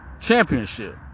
championship